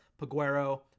Paguero